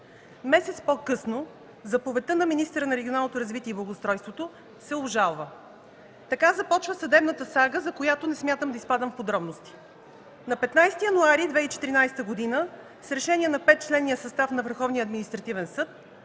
Месец по-късно заповедта на министъра на регионалното развитие и благоустройството се обжалва. Така започва съдебната сага, за която не смятам да изпадам в подробности. На 15 януари 2014 г. с решение на петчленния състав на